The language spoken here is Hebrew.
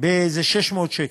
באיזה 600 שקל.